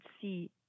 see